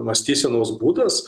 mąstysenos būdas